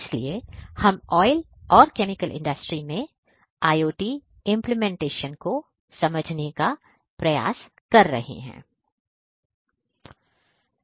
इसलिए हम ऑयल और केमिकल इंडस्ट्री में IOT इंप्लीमेंटेशन को समझने का प्रयास कर रहे हैं उर्मिला